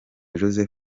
jose